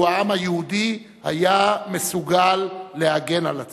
העם היהודי היה מסוגל להגן על עצמו.